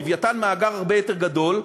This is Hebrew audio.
"לווייתן" הוא מאגר הרבה יותר גדול,